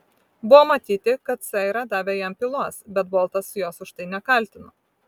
buvo matyti kad saira davė jam pylos bet boltas jos už tai nekaltino